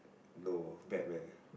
no Batman